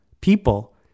People